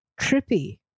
trippy